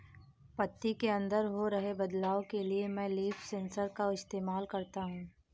पत्ती के अंदर हो रहे बदलाव के लिए मैं लीफ सेंसर का इस्तेमाल करता हूँ